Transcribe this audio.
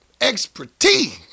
expertise